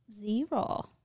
Zero